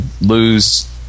lose